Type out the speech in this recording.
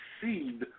seed